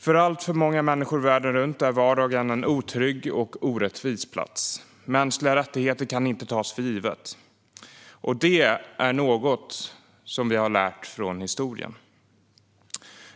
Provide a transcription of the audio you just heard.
För alltför många människor världen runt är vardagen en otrygg och orättvis plats. Mänskliga rättigheter kan inte tas för givna. Det är något som vi har lärt av historien.